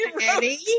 Eddie